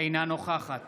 אינה נוכחת